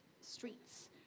streets